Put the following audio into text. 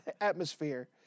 atmosphere